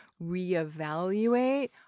reevaluate